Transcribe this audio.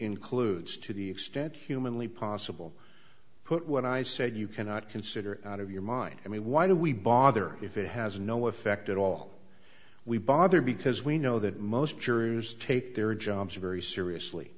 includes to the extent humanly possible put what i said you cannot consider it out of your mind i mean why do we bother if it has no effect at all we bother because we know that most jurors take their jobs very seriously